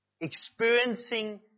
experiencing